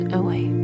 away